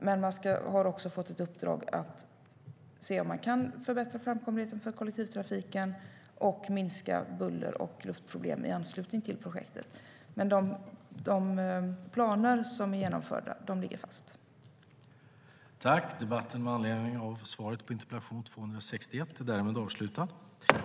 Men Trafikverket har också fått i uppdrag att se om det går att förbättra framkomligheten för kollektivtrafiken och minska buller och luftproblem i anslutning till projektet. De planer som är genomförda ligger dock fast.